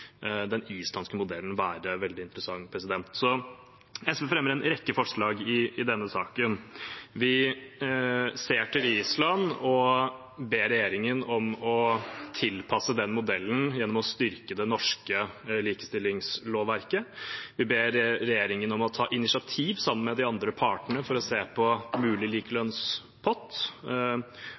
den islandske modellen være veldig interessant. SV fremmer en rekke forslag i denne saken. Vi ser til Island og ber regjeringen tilpasse den modellen gjennom å styrke det norske likestillingslovverket. Vi ber regjeringen om å ta initiativ sammen med de andre partene for å se på en mulig likelønnspott.